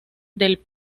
del